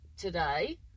today